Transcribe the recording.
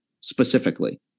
specifically